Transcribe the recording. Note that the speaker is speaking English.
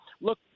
Look